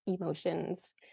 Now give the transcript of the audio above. emotions